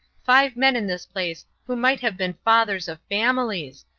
five men in this place who might have been fathers of families,